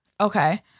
Okay